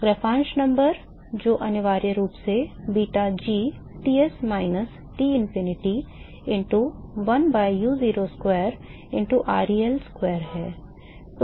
तो ग्राशॉफ़ संख्या जो अनिवार्य रूप से beta gTs minus Tinfinity into l by u0 square into ReL square है